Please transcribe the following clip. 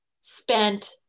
spent